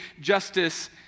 justice